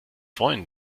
freuen